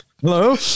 Hello